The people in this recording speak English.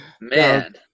Man